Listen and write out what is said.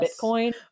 Bitcoin